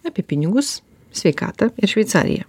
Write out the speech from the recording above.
apie pinigus sveikatą ir šveicariją